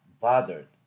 bothered